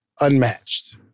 unmatched